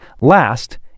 last